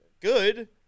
good